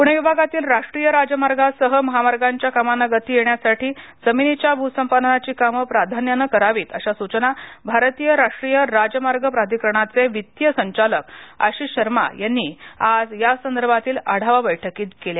पुणे विभागातील राष्ट्रीय राजमार्गासह महामार्गाच्या कामांना गती येण्यासाठी जमिनीच्या भ्रसंपादनाची कामे प्राध्यान्याने करावीत अशा सूचना भारतीय राष्ट्रीय राजमार्ग प्राधिकरणाचे वित्तीय संचालक आशिष शर्मा यांनी आज यासंदर्भातील आढावा बैठकीत केल्या